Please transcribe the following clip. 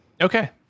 Okay